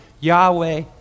Yahweh